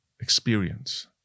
experience